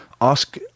ask